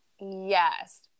Yes